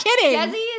kidding